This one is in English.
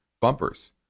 bumpers